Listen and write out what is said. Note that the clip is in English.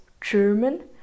German